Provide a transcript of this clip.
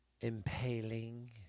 impaling